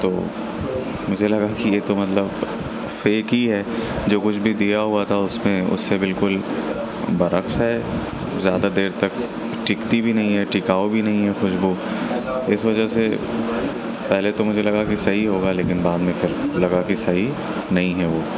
تو مجھے لگا کہ یہ تو مطلب فیک ہی ہے جو کچھ بھی دیا ہوا تھا اس میں اس سے بالکل برعکس ہے زیادہ دیر تک ٹکتی بھی نہیں ہے ٹکاؤ بھی نہیں ہے خوشبو اس وجہ سے پہلے تو مجھے لگا کہ صحیح ہوگا لیکن بعد میں پھر لگا کہ صحیح نہیں ہے وہ